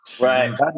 Right